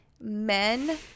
men